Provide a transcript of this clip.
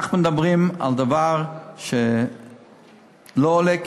אנחנו מדברים על דבר שלא עולה כסף,